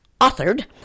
authored